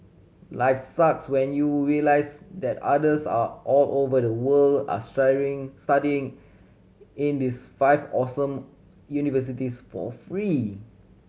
life sucks when you realise that others are all over the world are studying in these five awesome universities for free